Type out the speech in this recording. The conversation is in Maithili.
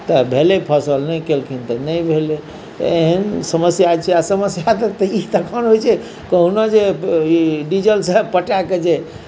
तऽ भेलै फसल नहि कयलखिन तऽ नहि भेलै तऽ एहन समस्या छै आ समस्या तऽ ई तखन होइत छै कहुना जे ई डीजलसँ पटाके जे